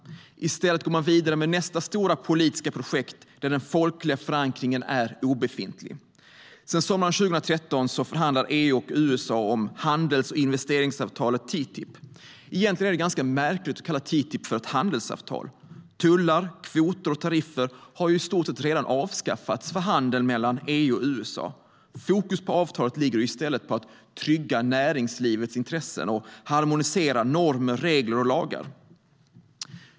I stället går man vidare med nästa stora politiska projekt där den folkliga förankringen är obefintlig. Sedan sommaren 2013 förhandlar EU och USA om handels och investeringsavtalet TTIP. Egentligen är det ganska märkligt att kalla TTIP för ett handelsavtal. Tullar, kvoter och tariffer har ju i stort sett redan avskaffats för handeln mellan EU och USA. Fokus i avtalet ligger i stället på att trygga näringslivets intressen och harmonisera normer, regler och lagar.